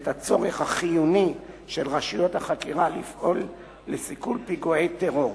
ואת הצורך החיוני של רשויות החקירה לפעול לסיכול פיגועי טרור,